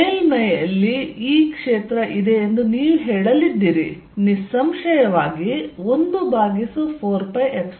ಮೇಲ್ಮೈಯಲ್ಲಿ E ಕ್ಷೇತ್ರ ಇದೆ ಎಂದು ನೀವು ಹೇಳಲಿದ್ದೀರಿ ನಿಸ್ಸಂಶಯವಾಗಿ 1 ಭಾಗಿಸು 4π0